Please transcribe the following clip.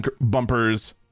bumpers